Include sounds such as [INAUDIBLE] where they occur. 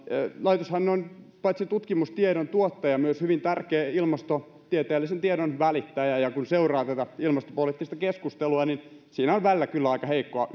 laitoshan on paitsi tutkimustiedon tuottaja myös hyvin tärkeä ilmastotieteellisen tiedon välittäjä ja kun seuraa tätä ilmastopoliittista keskustelua niin siinä on välillä kyllä aika heikkoa [UNINTELLIGIBLE]